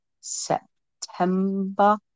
September